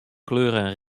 kleuren